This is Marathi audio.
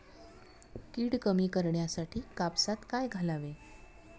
कीड कमी करण्यासाठी कापसात काय घालावे?